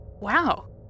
Wow